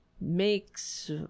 makes